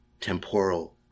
temporal